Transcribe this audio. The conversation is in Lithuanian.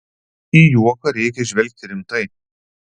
į juoką reikia žvelgti rimtai